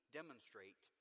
demonstrate